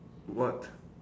what